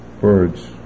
birds